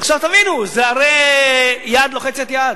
עכשיו תבינו, זה הרי יד לוחצת יד.